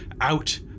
out